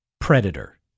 predator